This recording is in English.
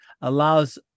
allows